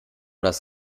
das